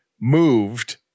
moved